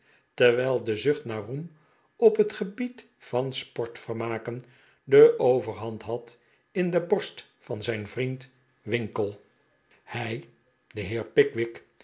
terwijl de zucht naar roem op het gebied van sportvermaken de overhand had in de borst van zijn vriend winkle hij de